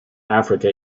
africa